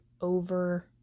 over